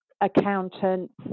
accountants